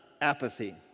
apathy